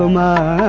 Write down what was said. um la